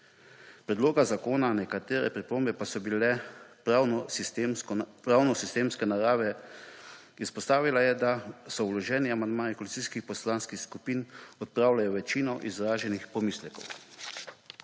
predloga zakona, nekatere pripombe pa so bile pravnosistemske narave. Izpostavila je, da vloženi amandmaji koalicijskih poslanskih skupin odpravljajo večino izraženih pomislekov.